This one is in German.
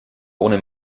ohne